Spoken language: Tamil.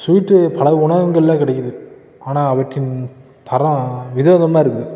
ஸ்வீட்டு பல உணவகங்களில் கிடைக்கிது ஆனால் அவற்றின் தரம் வித விதமாக இருக்குது